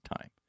Time